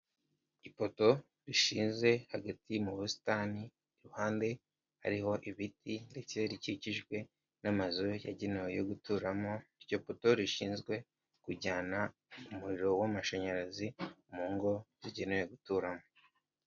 Ipoto rishinze hagati mu busitani, iruhande hariho ibiti ndetse rikikijwe n'amazu yagenewe yo guturamo, iryo poto rishinzwe kujyana umuriro w'amashanyarazi mu ngo zigenewe guturamo.